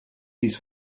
his